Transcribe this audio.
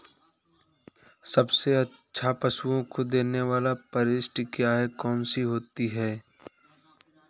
सबसे अच्छा पशुओं को देने वाली परिशिष्ट क्या है? कौन सी होती है?